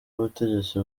ubutegetsi